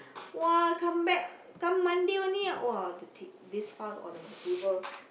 !wah! come back come Monday only !wah! the t~ this file on my table